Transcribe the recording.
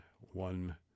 one